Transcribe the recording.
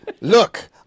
Look